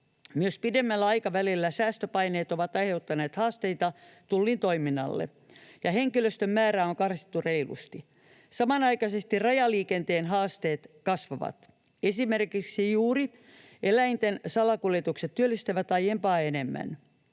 Myös pidemmällä aikavälillä säästöpaineet ovat aiheuttaneet haasteita Tullin toiminnalle, ja henkilöstön määrää on karsittu reilusti. Samanaikaisesti rajaliikenteen haasteet kasvavat. Esimerkiksi juuri eläinten salakuljetukset työllistävät aiempaa enemmän,